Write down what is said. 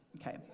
Okay